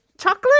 Chocolate